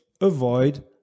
avoid